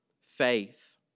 faith